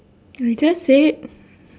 I just said it